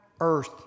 earth